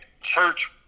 church